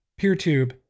PeerTube